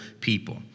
people